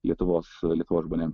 lietuvos lietuvos žmonėm